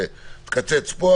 זה: תקצץ פה,